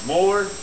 More